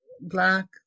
Black